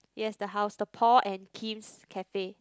yes the house the Paul and Kim's cafe